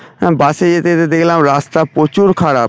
বাসে যেতে যেতে দেখলাম রাস্তা প্রচুর খারাপ